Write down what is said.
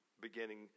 beginning